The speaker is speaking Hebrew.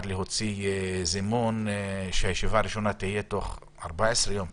להוציא זימון שהישיבה הראשונה תהיה תוך 14 יום,